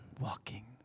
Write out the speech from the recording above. walking